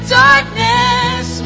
darkness